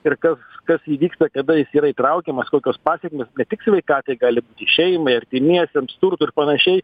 ir kas kas įvyksta kada jis yra įtraukiamas kokios pasekmės ne tik sveikatai gali būti šeimai artimiesiems turtui ir panašiai